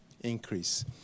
increase